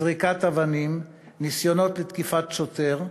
זריקת אבנים וניסיונות לתקיפת שוטר.